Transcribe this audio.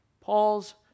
Paul's